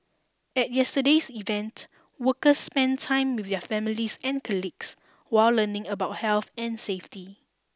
at yesterday's event workers spent time with their families and colleagues while learning about health and safety